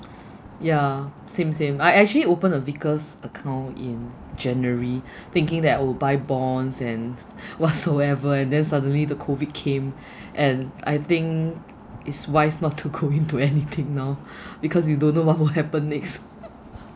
ya same same I I actually opened a Vickers account in january thinking that I'll buy bonds and whatsoever and then suddenly the COVID came and I think it's wise not to go into anything now because you don't know what will happen next